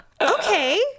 okay